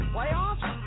Playoffs